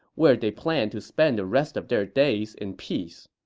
where they planned to spend the rest of their days in peace